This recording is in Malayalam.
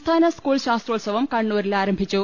സംസ്ഥാന സ്കൂൾ ശാസ്ത്രോത്സവം കണ്ണൂരിൽ ആരംഭിച്ചു